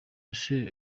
ese